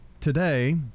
today